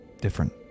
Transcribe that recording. different